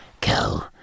go